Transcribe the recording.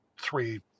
three